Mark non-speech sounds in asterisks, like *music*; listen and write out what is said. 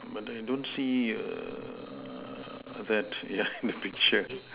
but I don't see err that yeah *noise* in the picture